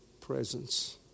presence